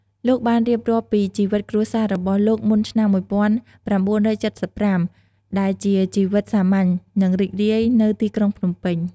លោកបានរៀបរាប់ពី ជីវិតគ្រួសាររបស់លោកមុនឆ្នាំ ១៩៧៥ ដែលជាជីវិតសាមញ្ញ និងរីករាយនៅទីក្រុងភ្នំពេញ។